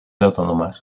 autònomes